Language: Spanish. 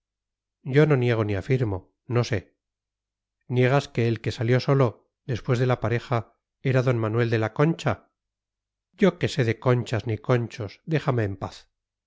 yo no niego ni afirmo no sé niegas que el que salió solo después de la pareja era d manuel de la concha yo qué sé de conchas ni conchos déjame en paz